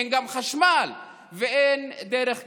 אין גם חשמל ואין דרך גישה.